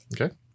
Okay